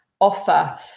offer